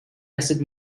acid